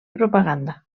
propaganda